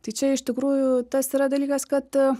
tai čia iš tikrųjų tas yra dalykas kad